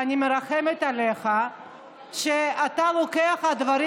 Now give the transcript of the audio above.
ואני מרחמת עליך שאתה לוקח על עצמך את הדברים